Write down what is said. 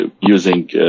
using